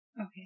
Okay